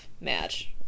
match